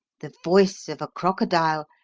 the voice of a crocodile,